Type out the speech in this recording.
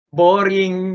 boring